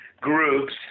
groups